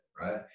right